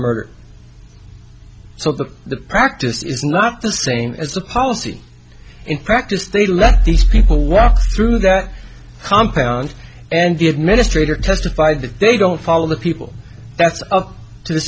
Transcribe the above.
so the practice is not the same as the policy in practice they let these people walk through that compound and the administrator testified that they don't follow the people that's up to the